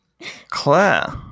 Claire